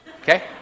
Okay